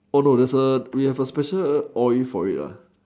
oh no there a we have a all in for it